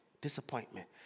disappointment